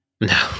No